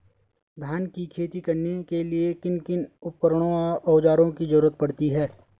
धान की खेती करने के लिए किन किन उपकरणों व औज़ारों की जरूरत पड़ती है?